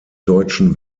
deutschen